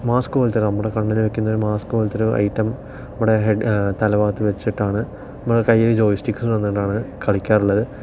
mask പോലത്തെ നമ്മുടെ കണ്ണിൽ വെക്കുന്ന മാസ്ക്ക് പോലത്തൊരു ഐറ്റം നമ്മുടെ ഹെഡ് തല ഭാഗത്ത് വെച്ചിട്ടാണ് നമ്മുടെ കൈയിൽ ജോയ് സ്റ്റിക്ക് തന്നിട്ടാണ് കളിക്കാറുള്ളത്